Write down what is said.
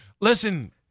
Listen